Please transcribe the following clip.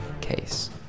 case